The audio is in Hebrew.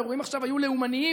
האירועים עכשיו היו לאומניים,